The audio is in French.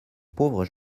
pauvre